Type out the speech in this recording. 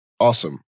Awesome